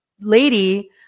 lady